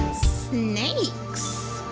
snakes.